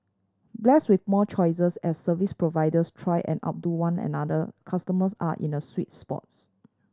blessed with more choices as service providers try and outdo one another customers are in a sweet spots